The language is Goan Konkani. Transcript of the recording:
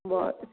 बर